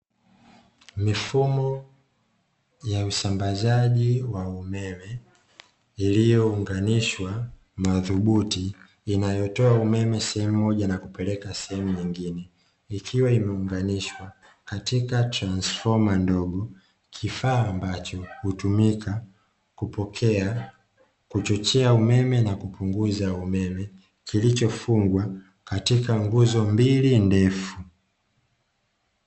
Mifumo ya usambazaji wa umeme, iliyounganishwa madhubuti, inayotoa umeme sehemu moja na kupeleka sehemu nyingine, ikiwa imeunganishwa katika transifoma ndogo. Kifaa ambacho hutumika kupokea, kuchochea umeme na kupunguza umeme, kilichofungwa katika nguzo mbili ndefu.